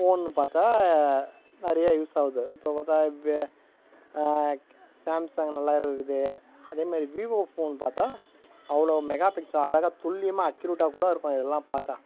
ஃபோன்னு பார்த்தா நிறையா யூஸ் ஆகுது இப்போ பார்த்தா இப்போ சாம்சங் நல்லா இருக்குது அதே மாதிரி விவோ ஃபோன் பார்த்தா அவ்வளோ மெகா பிக்சல் அழகாக துல்லியமாக அக்யூரேட்டாக கூட இருக்கும் இதல்லாம் பார்த்தா